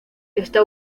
está